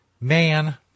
man